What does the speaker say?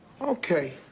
Okay